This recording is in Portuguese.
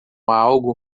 algo